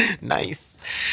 Nice